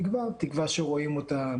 תקווה שרואים אותם,